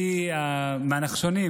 היא מהנחשונים,